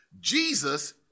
Jesus